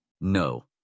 No